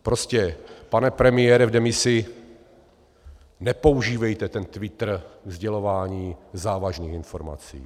Prostě, pane premiére v demisi, nepoužívejte ten Twitter ke sdělování závažných informací.